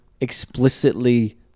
explicitly